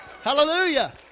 Hallelujah